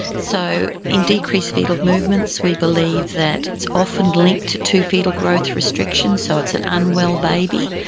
so in decreased foetal movements we believe that it's often linked to foetal growth restrictions, so it's an unwell baby.